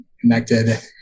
connected